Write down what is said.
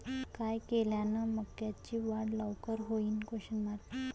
काय केल्यान मक्याची वाढ लवकर होईन?